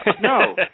No